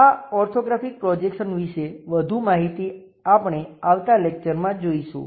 આ orthographic projection વિશે વધુ માહિતી આપણે આવતા લેક્ચરમાં જોઈશું